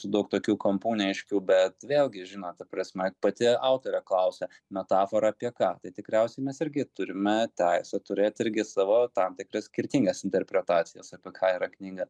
su daug tokių kampų neaiškių bet vėlgi žinot ta prasme pati autorė klausia metafora apie ką tai tikriausiai mes irgi turime teisę turėt irgi savo tam tikras skirtingas interpretacijas apie ką yra knyga